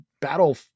battle